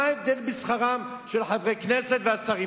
מה ההבדל בין שכרם של חברי הכנסת לשכרם של השרים,